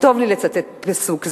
טוב לי לצטט פסוק זה,